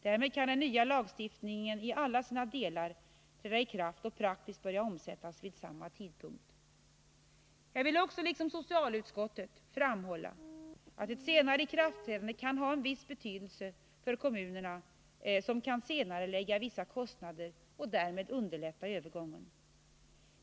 Därmed kan den nya lagstiftningen i alla sina delar träda i kraft och praktiskt börja omsättas vid samma tidpunkt. Jag vill också, liksom socialutskottet, framhålla att ett senare ikraftträdande kan ha en viss betydelse för kommunerna, som kan senarelägga vissa kostnader och därmed underlätta övergången.